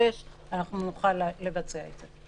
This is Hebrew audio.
17:00 18:00, נוכל לבצע את זה.